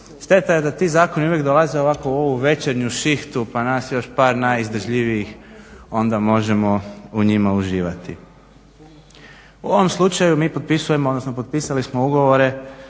Šteta je da ti zakoni uvijek dolaze ovako u ovu večernju šihtu pa nas još par najizdržljivijih onda možemo u njima uživati. U ovom slučaju mi potpisujemo, odnosno potpisali smo ugovore